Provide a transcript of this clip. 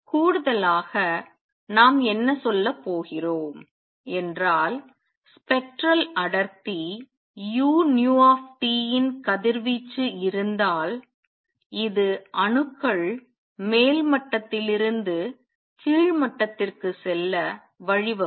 கூடுதலாக நாம் என்ன சொல்லப் போகிறோம் என்றால் ஸ்பெக்ட்ரல் அடர்த்தி u nu T இன் கதிர்வீச்சு இருந்தால் இது அணுக்கள் மேல் மட்டத்திலிருந்து கீழ் மட்டத்திற்கு செல்ல வழிவகுக்கும்